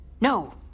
No